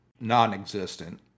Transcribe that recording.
non-existent